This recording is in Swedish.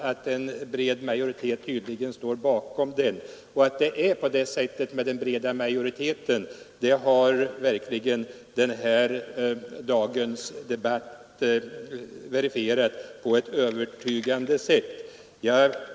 En bred majoritet står tydligen bakom detta. Att vi verkligen har en bred majoritet har dagens debatt verifierat på ett övertygande sätt.